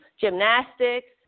gymnastics